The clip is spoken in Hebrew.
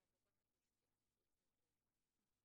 כי הפרוטוקול צריך לשמוע חוץ ממני.